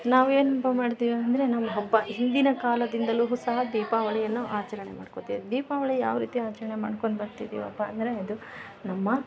ನಾವು ಏನಪ್ಪ ಮಾಡ್ತೀವಿ ಅಂದರೆ ನಮ್ಮ ಹಬ್ಬ ಹಿಂದಿನ ಕಾಲದಿಂದಲೂ ಸಹ ದೀಪಾವಳಿಯನ್ನ ನಾವು ಆಚರಣೆ ಮಾಡ್ಕೊತಾ ಇದ್ವಿ ದೀಪಾವಳಿ ಯಾವ ರೀತಿ ಆಚರಣೆ ಮಾಡ್ಕೊಂಡು ಬರ್ತಿದ್ದಿವಪ್ಪಾ ಅಂದರೆ ಇದು ನಮ್ಮ